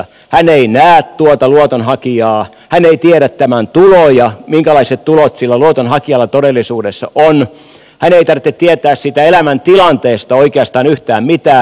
hän ei näe tuota luotonhakijaa hän ei tiedä tämän tuloja minkälaiset tulot sillä luotonhakijalla todellisuudessa on hänen ei tarvitse tietää siitä elämäntilanteesta oikeastaan yhtään mitään